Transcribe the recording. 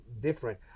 different